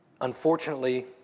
Unfortunately